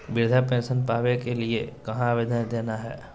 वृद्धा पेंसन पावे के लिए कहा आवेदन देना है?